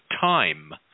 time